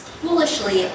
foolishly